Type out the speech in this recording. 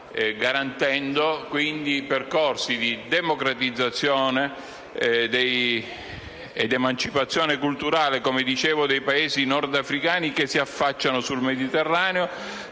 garantendo, quindi, percorsi di democratizzazione ed emancipazione culturale - come dicevo - dei Paesi nordafricani che si affacciano sul Mediterraneo,